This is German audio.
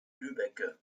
lübbecke